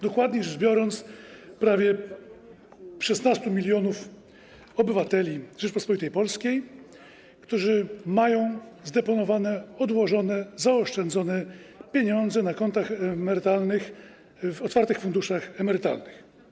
Dokładniej rzecz biorąc, dotyczy prawie 16 mln obywateli Rzeczypospolitej Polskiej, którzy mają zdeponowane, odłożone, zaoszczędzone pieniądze na kontach emerytalnych w otwartych funduszach emerytalnych.